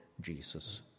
Jesus